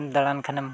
ᱫᱟᱬᱟᱱ ᱠᱷᱟᱱᱮᱢ